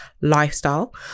lifestyle